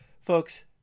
folks